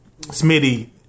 Smitty